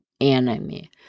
enemy